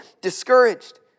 discouraged